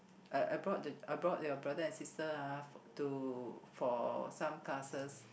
I I brought the I brought your brother and sister ah to for some classes